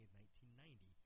1990